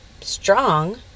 strong